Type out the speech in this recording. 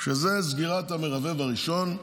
שזה סגירת המרבב הראשון,